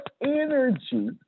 energy